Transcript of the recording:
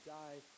die